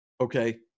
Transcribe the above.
Okay